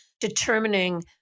determining